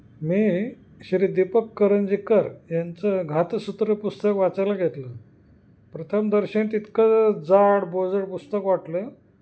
मी श्री दीपक करंजीकर यांचं घातसूत्रं पुस्तक वाचायला घेतलं प्रथम दर्शन तितकं जाड बोजड पुस्तक वाटलं